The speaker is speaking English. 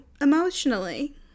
emotionally